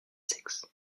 sexes